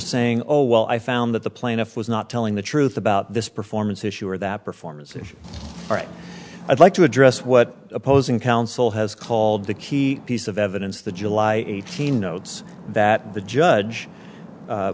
saying oh well i found that the plaintiff was not telling the truth about this performance issue or that performance issue i'd like to address what opposing counsel has called the key piece of evidence the july eighteen notes that the judge